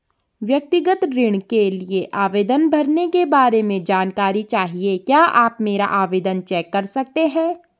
व्यक्तिगत ऋण के लिए आवेदन भरने के बारे में जानकारी चाहिए क्या आप मेरा आवेदन चेक कर सकते हैं?